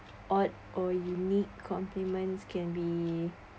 odd or unique compliments can be